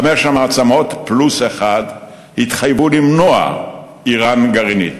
חמש המעצמות פלוס אחת התחייבו למנוע איראן גרעינית.